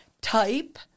type